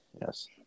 yes